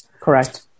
Correct